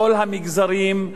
בכל המגזרים.